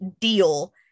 deal